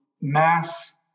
mass